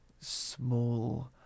small